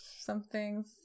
something's